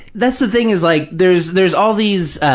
that's the thing, is like there's there's all these,